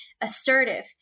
assertive